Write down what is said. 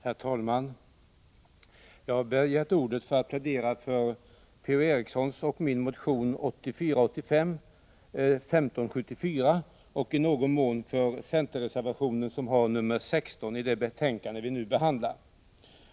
Herr talman! Jag har begärt ordet för att plädera för Per-Ola Erikssons och min motion 1984/85:1574 och i någon mån för den centerreservation som har nr 16 i det betänkande som vi nu behandlar.